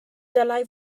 dylai